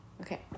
okay